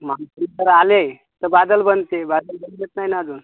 monsoon तर आले तर बादल बनते बादल बनलेच नाही ना अजून